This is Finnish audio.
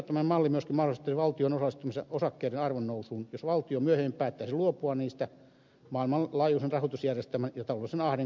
ehdottamamme malli myöskin mahdollistaisi valtion osallistumisen osakkeiden arvonnousuun jos valtio myöhemmin päättäisi luopua niistä maailmanlaajuisen rahoitusjärjestelmän kohentuessa ja taloudellisen ahdingon hellittäessä